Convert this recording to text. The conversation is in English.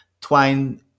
Twine